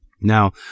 Now